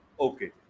Okay